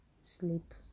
sleep